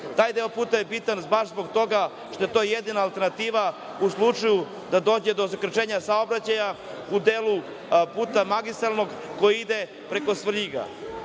Taj deo puta je bitan baš zbog toga što je to jedina alternativa u slučaju da dođe do zakrčenja saobraćaja u delu magistralnog puta koji ide preko Svrljiga.